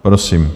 Prosím.